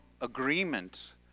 agreement